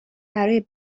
برای